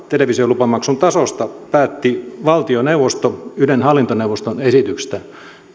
televisiolupamaksun tasosta päätti valtioneuvosto ylen hallintoneuvoston esityksestä